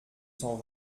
cent